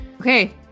okay